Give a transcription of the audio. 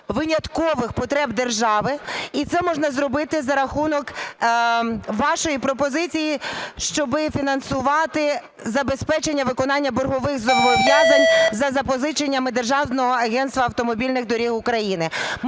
виняткових потреб держави, і це можна зробити за рахунок вашої пропозиції, щоб фінансувати забезпечення виконання боргових зобов'язань за запозиченнями Державного агентства автомобільних доріг України.